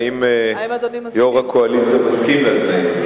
האם יו"ר הקואליציה מסכים לתנאים?